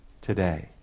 today